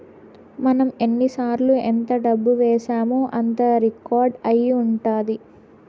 మనం ఎన్నిసార్లు ఎంత డబ్బు వేశామో అంతా రికార్డ్ అయి ఉంటది